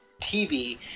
TV